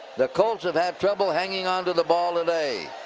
the colts have had trouble hanging on to the ball today.